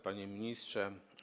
Panie Ministrze!